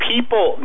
People